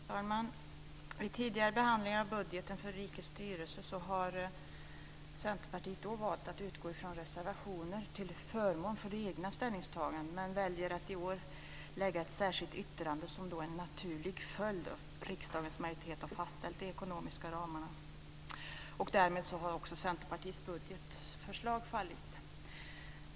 Fru talman! I tidigare behandlingar av budgeten för rikets styrelse har Centerpartiet valt att utgå ifrån reservationer till förmån för det egna ställningstagandet, men i år väljer vi att lägga fram ett särskilt yttrande som är en naturlig följd av att riksdagens majoritet har fastställt de ekonomiska ramarna. Därmed har också Centerpartiets budgetförslag fallit.